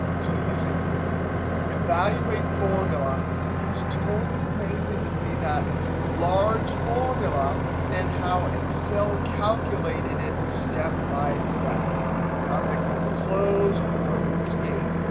so using evaluate formula is totally amazing to see that large formula and how excel calculated it step by step. now i'm going to click close or escape.